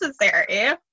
necessary